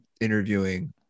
interviewing